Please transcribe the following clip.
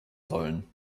sollen